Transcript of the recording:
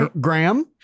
Graham